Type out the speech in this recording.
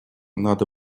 надо